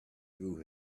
through